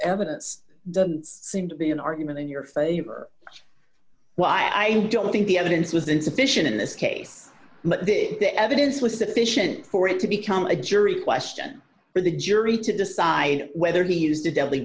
evidence doesn't seem to be an argument in your favor why i don't think the evidence was insufficient in this case but the the evidence was sufficient for it to become a jury question for the jury to decide whether he used a deadly